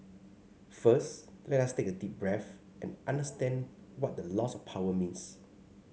first let us take a deep breath and understand what the loss of power means